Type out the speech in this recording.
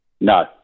No